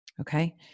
okay